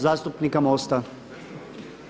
zastupnika MOST-a.